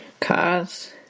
cars